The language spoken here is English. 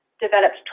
developed